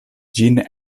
ĝin